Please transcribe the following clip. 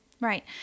Right